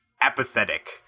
apathetic